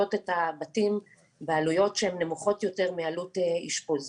מתקצבות את הבתים בעלויות שהן נמוכות יותר מעלות אשפוז.